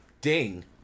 Ding